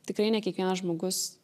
tikrai ne kiekvienas žmogus